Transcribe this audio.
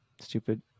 Stupid